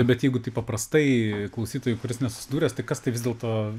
bet jeigu taip paprastai klausytojui kuris nesusidūręs tai kas tai vis dėlto